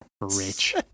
Rich